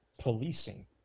policing